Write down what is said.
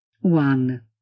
one